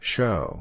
Show